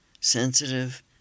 sensitive